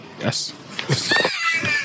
Yes